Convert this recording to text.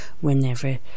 whenever